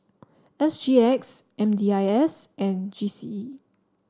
S G X M D I S and G C E